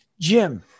Jim